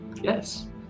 Yes